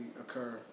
occur